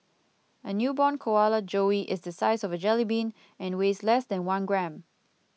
a newborn koala joey is the size of a jellybean and weighs less than one gram